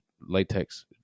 latex